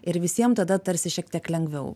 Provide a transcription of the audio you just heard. ir visiem tada tarsi šiek tiek lengviau